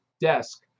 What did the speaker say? desk